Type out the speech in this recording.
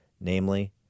namely